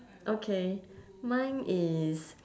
okay mine is